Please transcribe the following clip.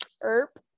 Erp